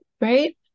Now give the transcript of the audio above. Right